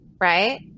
right